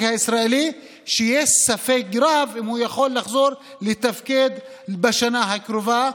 הישראלי שיש ספק רב אם הם יכולים לחזור לתפקד בשנה הקרובה,